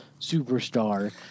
superstar